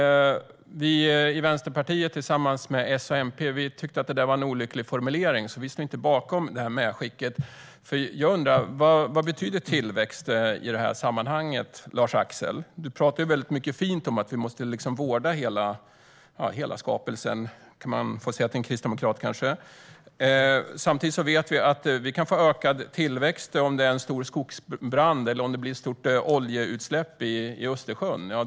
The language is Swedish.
Vi i Vänsterpartiet, tillsammans med S och MP, tyckte att detta var en olycklig formulering, så vi står inte bakom medskicket. Jag undrar vad tillväxt betyder i detta sammanhang, Lars-Axel. Du talar väldigt fint om att vi måste vårda hela skapelsen, kan man kanske få säga till en kristdemokrat. Samtidigt vet vi att vi kan få ökad tillväxt om det blir en stor skogsbrand eller ett stort oljeutsläpp i Östersjön.